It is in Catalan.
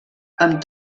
amb